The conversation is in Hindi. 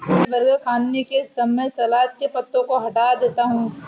मैं बर्गर खाने के समय सलाद के पत्तों को हटा देता हूं